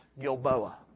Gilboa